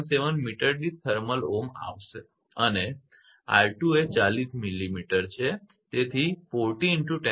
217 metre દીઠ thermal ohm આવશે અને 𝑅2 એ 40 millimetre છે